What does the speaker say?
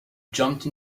jumped